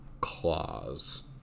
claws